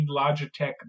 Logitech